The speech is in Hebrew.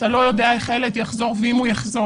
אתה לא יודע איך הילד יחזור ואם הוא יחזור